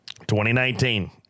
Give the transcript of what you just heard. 2019